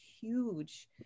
huge